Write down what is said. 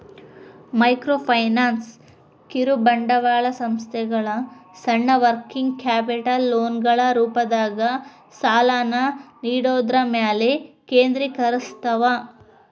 microfinance ಕಿರುಬಂಡವಾಳ ಸಂಸ್ಥೆಗಳ ಸಣ್ಣ ವರ್ಕಿಂಗ್ ಕ್ಯಾಪಿಟಲ್ ಲೋನ್ಗಳ ರೂಪದಾಗ ಸಾಲನ ನೇಡೋದ್ರ ಮ್ಯಾಲೆ ಕೇಂದ್ರೇಕರಸ್ತವ